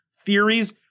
theories